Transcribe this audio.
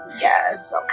Yes